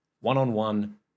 one-on-one